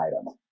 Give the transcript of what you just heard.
item